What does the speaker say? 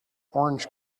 orange